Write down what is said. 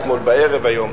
אתמול בערב והיום.